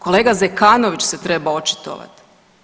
Kolega Zekanović se treba očitovat.